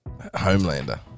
Homelander